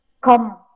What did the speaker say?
come